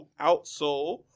outsole